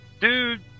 Dude